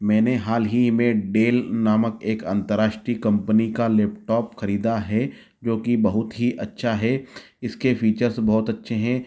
मैंने हाल ही में डेल नामक एक अंतर्राष्ट्रीय कंपनी का लेपटॉप खरीदा है जोकि बहुत ही अच्छा है इसके फ़ीचर्स बहुत अच्छे हैं